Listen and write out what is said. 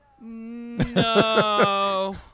no